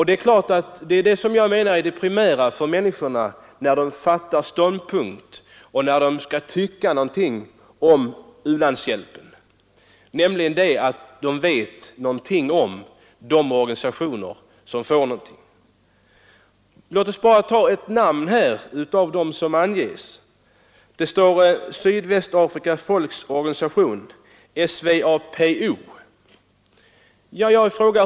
Det primära när människor tar ställning och skall tycka någonting om u-hjälpen är ju att de vet någonting om de organisationer som får bistånd. Låt oss ta bara ett namn bland dem som anges i utskottsbetänkandet, nämligen Sydvästafrikas folks organisation, SWAPO.